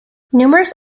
numerous